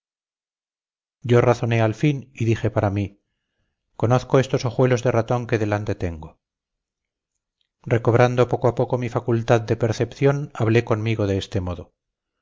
yo razoné al fin y dije para mí conozco estos ojuelos de ratón que delante tengo recobrando poco a poco mi facultad de percepción hablé conmigo de este modo